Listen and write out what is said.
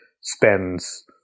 spends